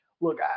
Look